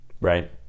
right